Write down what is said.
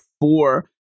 four